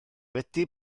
wedi